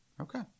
Okay